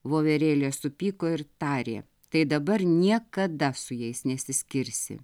voverėlė supyko ir tarė tai dabar niekada su jais nesiskirsi